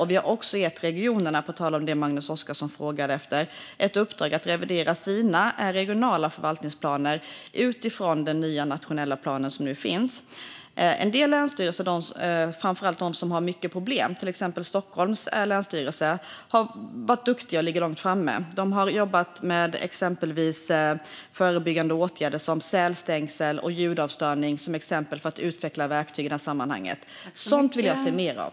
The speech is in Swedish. Vi har också gett regionerna - på tal om det som Magnus Oscarsson frågade efter - ett uppdrag att revidera sina regionala förvaltningsplaner utifrån den nya nationella plan som nu finns. En del länsstyrelser, framför allt de som har mycket problem, till exempel Länsstyrelsen i Stockholms län, har varit duktiga och ligger långt framme. De har jobbat med förebyggande åtgärder som sälstängsel och ljudavstörning, som är exempel på verktyg i det här sammanhanget. Sådant vill jag se mer av.